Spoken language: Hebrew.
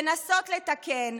לנסות לתקן,